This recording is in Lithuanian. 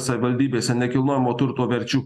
savivaldybėse nekilnojamo turto verčių